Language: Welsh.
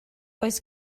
oes